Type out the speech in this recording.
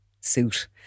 suit